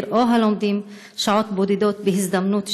או לומדים שעות בודדות ב"הזדמנות השנייה"